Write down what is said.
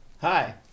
Hi